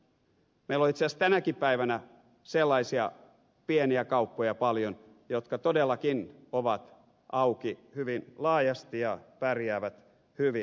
meillä on itse asiassa tänäkin päivänä sellaisia pieniä kauppoja paljon jotka todellakin ovat auki hyvin laajasti ja pärjäävät hyvin